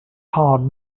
hard